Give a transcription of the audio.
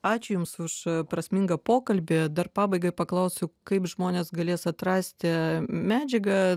ačiū jums už prasmingą pokalbį dar pabaigai paklausiu kaip žmonės galės atrasti medžiagą